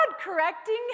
correcting